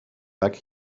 back